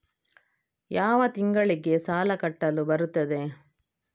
ಯಾವ ತಿಂಗಳಿಗೆ ಸಾಲ ಕಟ್ಟಲು ಬರುತ್ತದೆ?